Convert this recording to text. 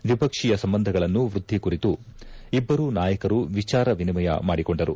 ದ್ವಿಪಕ್ಷೀಯ ಸಂಬಂಧಗಳ ವೃದ್ದಿ ಕುರಿತು ಇಬ್ಬರು ನಾಯಕರು ವಿಚಾರ ವಿನಿಮಯ ಮಾಡಿಕೊಂಡರು